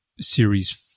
series